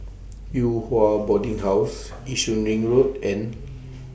Yew Hua Boarding House Yishun Ring Road and